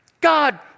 God